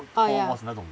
ah ya